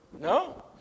No